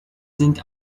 sind